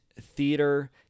theater